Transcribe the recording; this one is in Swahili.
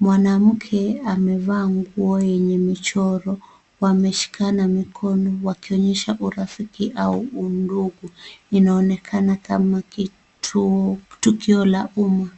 Mwanamke amevaa nguo yenye michoro. Wameshikana mikono wakionyesha urafiki au undugu. Inaoneka kama tukio la umma.